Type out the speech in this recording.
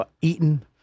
eaten